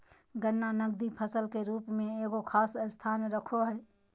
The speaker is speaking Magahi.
गन्ना नकदी फसल के रूप में एगो खास स्थान रखो हइ